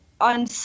On